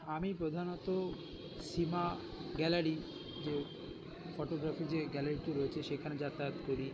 আমি প্রধানত সিমা গ্যালারি যে ফোটোগ্রাফি যে গ্যালারিটি রয়েছে সেখানে যাতায়াত করি